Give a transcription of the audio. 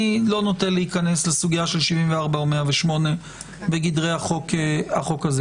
אני לא נוטה להיכנס לסוגיה של 74 או 108 בגדרי החוק הזה.